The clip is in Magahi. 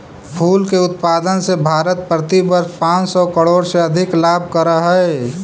फूल के उत्पादन से भारत प्रतिवर्ष पाँच सौ करोड़ से अधिक लाभ करअ हई